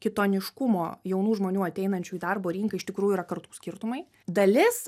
kitoniškumo jaunų žmonių ateinančių į darbo rinką iš tikrųjų yra kartų skirtumai dalis